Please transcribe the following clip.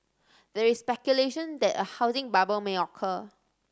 there is speculation that a housing bubble may occur